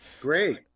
Great